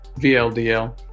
VLDL